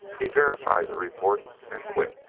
he verified the report and quit.